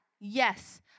yes